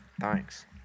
Thanks